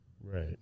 right